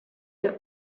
dem